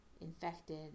infected